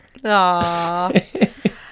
Aww